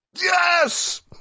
yes